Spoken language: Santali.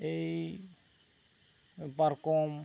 ᱮᱭᱤ ᱯᱟᱨᱠᱚᱢ